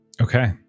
Okay